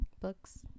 books